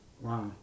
Wow